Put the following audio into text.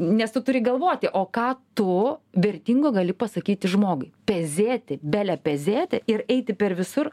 nes tu turi galvoti o ką tu vertingo gali pasakyti žmogui pezėti bele pezėti ir eiti per visur